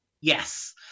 yes